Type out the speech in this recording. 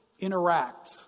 Interact